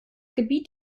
gebiet